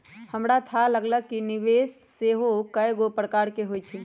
हमरा थाह लागल कि निवेश सेहो कएगो प्रकार के होइ छइ